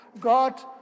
God